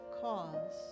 cause